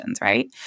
right